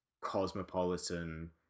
cosmopolitan